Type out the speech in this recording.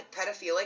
pedophilic